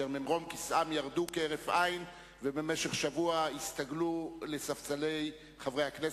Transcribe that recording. שממרום כיסאם ירדו כהרף עין ובמשך שבוע הסתגלו לספסלי חברי הכנסת,